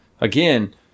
again